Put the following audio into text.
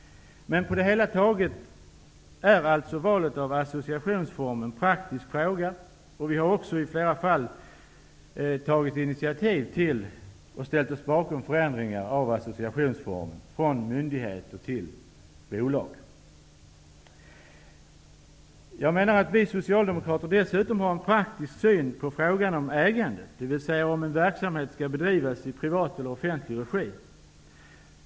På det hela taget är valet av associationsform en praktisk fråga. Vi har i flera fall tagit initiativ till och ställt oss bakom förändring av associationsform från myndighet till bolag. Vi socialdemokrater har dessutom en pragmatisk syn på frågan om ägandet, dvs. om verksamhet skall bedrivas i privat eller i offentlig regi.